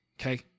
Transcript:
Okay